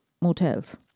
motels